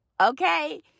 okay